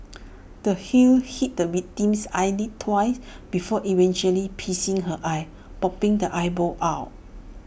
the heel hit the victim's eyelid twice before eventually piercing her eye popping the eyeball out